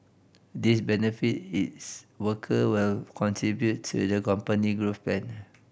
this benefit is worker will contribute to the company growth plan